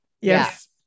yes